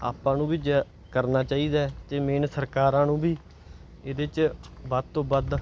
ਆਪਾਂ ਨੂੰ ਵੀ ਜ ਕਰਨਾ ਚਾਹੀਦਾ ਜੇ ਮੇਨ ਸਰਕਾਰਾਂ ਨੂੰ ਵੀ ਇਹਦੇ 'ਚ ਵੱਧ ਤੋਂ ਵੱਧ